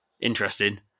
interesting